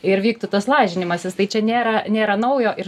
ir vyktų tas lažinimasis tai čia nėra nėra naujo ir